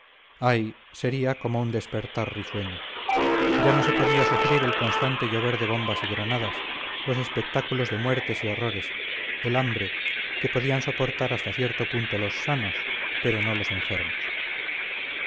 ay sería como un despertar risueño ya no se podía sufrir el constante llover de bombas y granadas los espectáculos de muertes y horrores el hambre que podían soportar hasta cierto punto los sanos pero no los enfermos